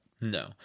No